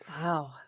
Wow